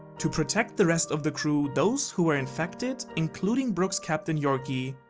to protect the rest of the crew, those who were infected, including brook's captain yorki,